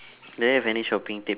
do you have any shopping tips